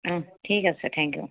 অঁ ঠিক আছে থেংক ইউ